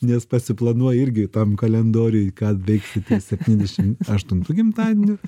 nes pasiplanuoji irgi tam kalendoriuj ką veiksi ties septyniasdešimt aštuntu gimtadieniu